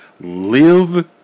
live